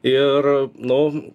ir nu